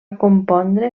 compondre